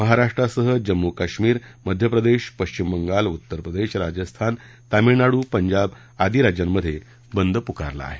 महाराष्ट्रासह जम्मू काश्मीर मध्य प्रदेश पश्विम बंगाल उत्तर प्रदेश राजस्थान तामिळनाडू पंजाब आदी राज्यांमध्ये बंद पुकारण्यात आला आहे